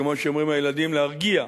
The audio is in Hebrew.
כמו שאומרים הילדים, להרגיע.